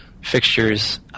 Fixtures